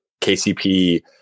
KCP